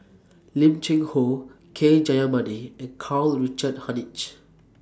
Lim Cheng Hoe K Jayamani and Karl Richard Hanitsch